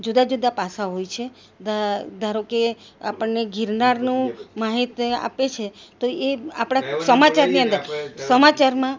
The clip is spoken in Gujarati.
જુદા જુદા પાસા હોય છે ધ ધારો કે આપણને ગિરનારનું માહિતી આપે છે તો એ આપણા સમાચાર ની અંદર સમાચારમાં